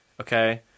okay